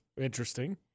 Interesting